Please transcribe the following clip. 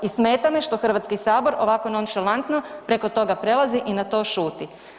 I smeta me što Hrvatski sabor ovako nonšalantno preko toga prelazi i na to šuti.